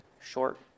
short